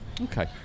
Okay